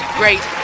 great